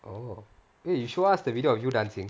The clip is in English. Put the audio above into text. oh eh show us the video of you dancing